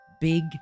big